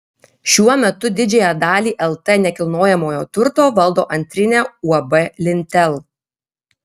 šiuo metu didžiąją dalį lt nekilnojamojo turto valdo antrinė uab lintel